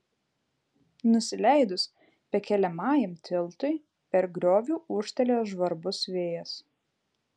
nusileidus pakeliamajam tiltui per griovį ūžtelėjo žvarbus vėjas